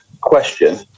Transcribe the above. question